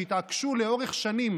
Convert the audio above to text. שהתעקשו עליו לאורך שנים.